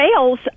sales